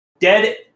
dead